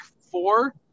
four